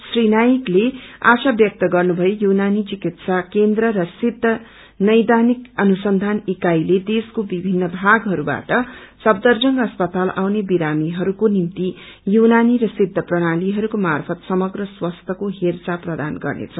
श्री नाइकले आशा ब्यक्त गर्नुभयो युनानी चिकित्सा केन्द्र र सिद्ध नैदानिक अनुसंधान इकाईले देशको विभिन्न भागहरूबाट सफदरजंग अस्पताल आउँने बिरामीहरूको निम्ति युनानी र सिद्द प्रणालिहरूको र्माफत समग्र स्वास्थ्यको हेरचार प्रदान गर्नेछ